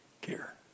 care